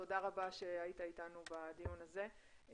תודה רבה שהיית איתנו בדיון הזה.